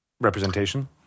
representation